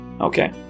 Okay